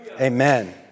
Amen